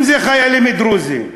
אם זה חיילים דרוזים,